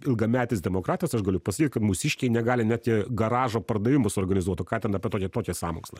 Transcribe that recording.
ilgametis demokratas aš galiu pasakyt kad mūsiškiai negali net garažo pardavimų suorganizuot o ką ten apie tokį sąmokslą